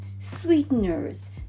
sweeteners